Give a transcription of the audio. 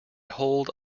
hold